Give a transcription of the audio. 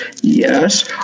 Yes